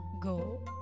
go